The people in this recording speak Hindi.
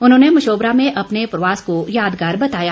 उन्होंने मशोबरा में अपने प्रवास को यादगार बताया